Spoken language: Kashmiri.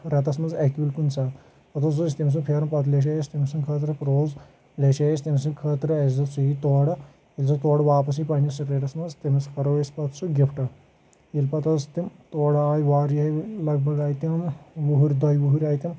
رؠتَس منٛز اَکہِ لَٹہِ کُنہِ ساتہٕ پَتہٕ حظ اوس تٔمۍ سُند پھیران پَتہٕ لؠچھے اَسہِ تٔمۍ سٕندِ خٲطرٕ پروز لؠچھے اَسہِ تٔمۍ سٕندِ خٲطرٕ اَسہِ دۆپ سُہ یی تورٕ ییٚلہِ سُہ تورٕ واپَس یی پَننِس سٹیٹس منٛز تٔمِس کَرو أسۍ پتہٕ سُہ گِفٹ ییٚلہِ پَتہٕ حظ تٔمۍ تورٕ آے واریہے لَگ بگ آیہِ تِم وٕہٕرۍ دۄیہِ وٕہٕرۍ آیہِ تِم